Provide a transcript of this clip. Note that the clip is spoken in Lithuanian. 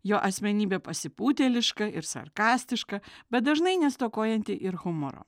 jo asmenybė pasipūtėliška ir sarkastiška bet dažnai nestokojanti ir humoro